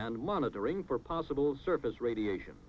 and monitoring for possible service radiation